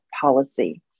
policy